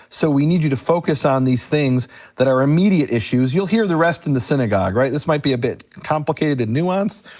so we need you to focus on these things that are immediate issues, you'll hear the rest in the synagogue, right, this might be a bit complicated and nuanced.